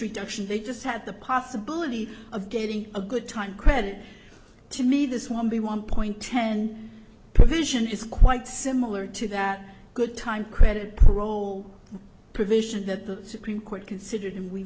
reduction they just had the possibility of getting a good time credit to me this would be one point ten provision is quite similar to that good time credit parole provision that the supreme court considered